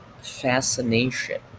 fascination